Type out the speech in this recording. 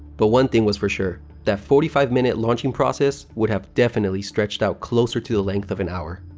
but one thing was for sure that forty five minute launching process would have definitely stretched out closer to the length of an hour.